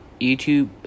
YouTube